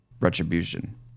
retribution